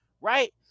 right